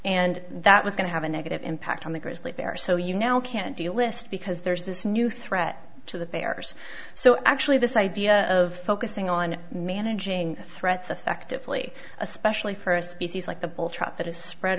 and that was going to have a negative impact on the grizzly bear so you now can't delist because there's this new threat to the bears so actually this idea of focusing on managing threats effectively especially for a species like the